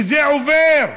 וזה עובר.